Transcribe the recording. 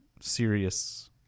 serious